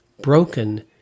broken